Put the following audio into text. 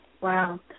Wow